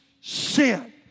sin